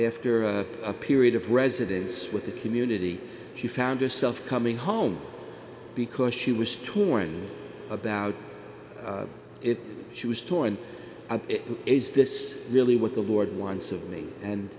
after a period of residence with the community she found herself coming home because she was torn about it she was torn is this really what the lord wants of me and